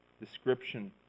description